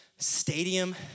stadium